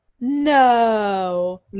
no